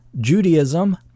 Judaism